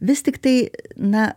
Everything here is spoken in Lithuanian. vis tiktai na